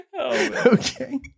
Okay